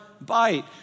bite